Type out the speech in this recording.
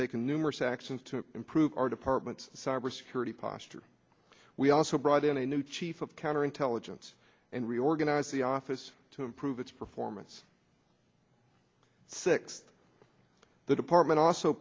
taken numerous actions to improve our department cyber security posture we also brought in a new chief of counterintelligence and reorganize the office to improve its performance six the department also